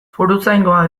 foruzaingoa